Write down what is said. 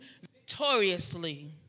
victoriously